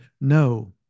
no